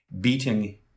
beating